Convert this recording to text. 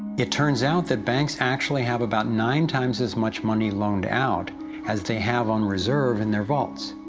it turns out that banks actually have about nine times as much money loaned out as they have on reserve in their vaults.